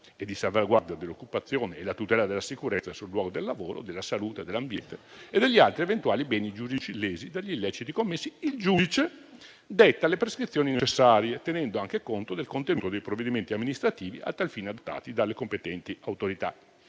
e di salvaguardia dell'occupazione e la tutela della sicurezza sul luogo del lavoro, della salute dell'ambiente e degli altri eventuali beni giuridici lesi dagli illeciti commessi, il giudice detti le prescrizioni necessarie, tenendo anche conto del contenuto dei provvedimenti amministrativi a tal fine adottati dalle competenti autorità.